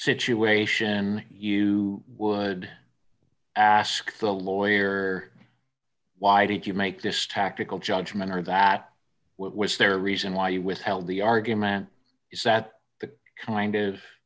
situation you would ask the lawyer why did you make this tactical judgment or that was their reason why you withheld the argument is that the kind of